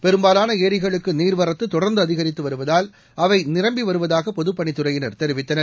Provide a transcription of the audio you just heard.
பெரும்பாலான ளிகளுக்கு நீா்வரத்து தொடா்ந்து அதிகித்து வருவதால் அவை நீரம்பி வருவதாக பொதுப்பணித் துறையினர் தெரிவித்தனர்